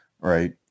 right